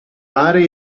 mare